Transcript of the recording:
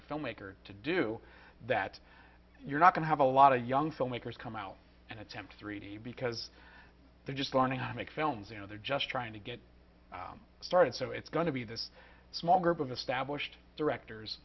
a filmmaker to do that you're not going to have a lot of young filmmakers come out and attempt three d because they're just learning how to make films and they're just trying to get started so it's going to be this small group of established directors